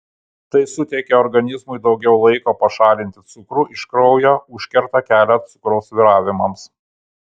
tai suteikia organizmui daugiau laiko pašalinti cukrų iš kraujo užkerta kelią cukraus svyravimams